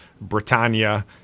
Britannia